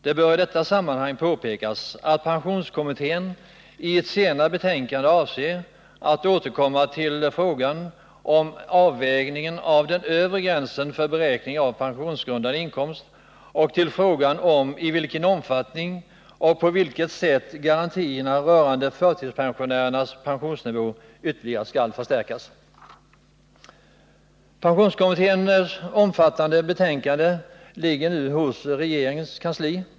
Det bör i detta sammanhang påpekas att pensionskommittén i ett senare betänkande avser att återkomma till frågan om avvägningen av den övre gränsen för beräkning av pensionsgrundande 127 inkomst och till frågan om i vilken omfattning och på vilket sätt garantierna rörande förtidspensionärernas pensionsnivå ytterligare skall förstärkas. Pensionskommitténs omfattande betänkande ligger nu hos regeringens kansli.